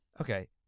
Okay